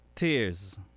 tears